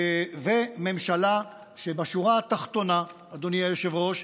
וממשלה שבשורה התחתונה, אדוני היושב-ראש,